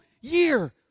year